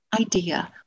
idea